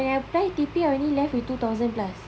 when I apply T_P_I only left with two thousand plus